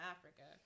Africa